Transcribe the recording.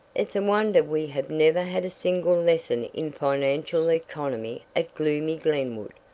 it's a wonder we have never had a single lesson in financial economy at gloomy glenwood.